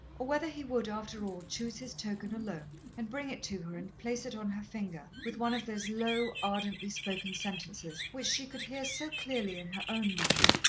or whether he would, after all, choose his token alone, and bring it to her, and place it on her finger with one of those low, ardently-spoken sentences which she could hear so clearly in her own mind,